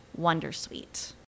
Wondersuite